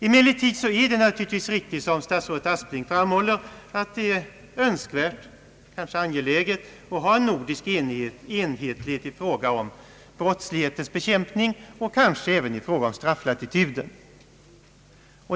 Emellertid är det naturligtvis riktigt, som statsrådet Aspling framhåller, att det är önskvärt, kanske angeläget, att ha en nordisk enhetlighet i fråga om brottslighetens bekämpning och kanske även i fråga om strafflatituden.